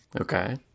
Okay